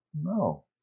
no